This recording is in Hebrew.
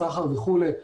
סחר וכולי.